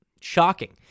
shocking